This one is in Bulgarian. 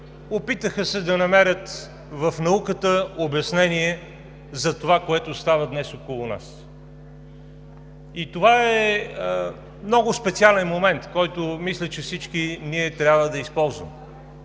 опитаха се да намерят в науката обяснение за това, което става днес около нас. И това е много специален момент, който, мисля, че всички ние трябва да използваме,